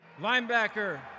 Linebacker